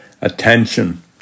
attention